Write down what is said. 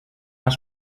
must